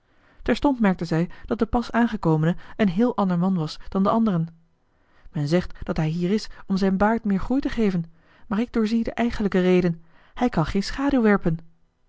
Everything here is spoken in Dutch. merkte zij dat de pas aangekomene een heel ander man was dan de anderen men zegt dat hij hier is om aan zijn baard meer groei te geven maar ik doorzie de eigenlijke reden hij kan geen schaduw werpen